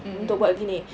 mmhmm